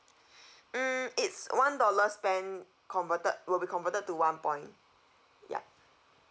mm it's one dollar spent converted will be converted to one point yup